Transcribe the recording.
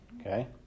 okay